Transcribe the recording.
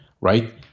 right